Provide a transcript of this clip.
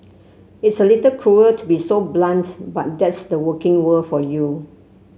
it's a little cruel to be so blunt but that's the working world for you